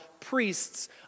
priests